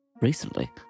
recently